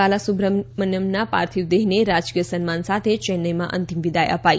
બાલાસુબ્રમન્યમ્ ના પાર્થિવ દેહને રાજકીય સન્માન સાથે ચેન્નઈમાં અંતિમ વિદાય અપાઈ